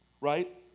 Right